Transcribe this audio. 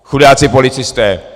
Chudáci policisté.